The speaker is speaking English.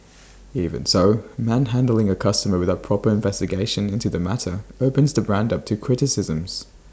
even so manhandling A customer without proper investigation into the matter opens the brand up to criticisms